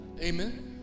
Amen